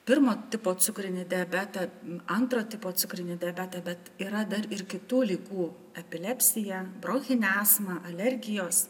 pirmo tipo cukrinį diabetą antro tipo cukrinį diabetą bet yra dar ir kitų ligų epilepsija bronchinė asma alergijos